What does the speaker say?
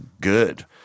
good